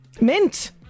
Mint